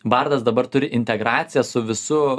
bardas dabar turi integraciją su visu